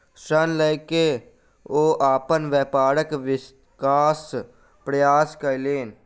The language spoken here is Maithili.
ऋण लय के ओ अपन व्यापारक विकासक प्रयास कयलैन